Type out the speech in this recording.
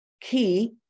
Key